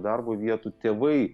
darbo vietų tėvai